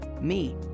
me